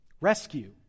rescue